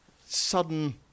sudden